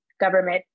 government